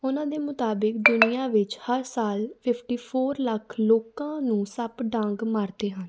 ਉਹਨਾਂ ਦੇ ਮੁਤਾਬਿਕ ਦੁਨੀਆਂ ਵਿੱਚ ਹਰ ਸਾਲ ਫਿਫਟੀ ਫੋਰ ਲੱਖ ਲੋਕਾਂ ਨੂੰ ਸੱਪ ਡੰਕ ਮਾਰਦੇ ਹਨ